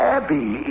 Abby